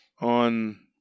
on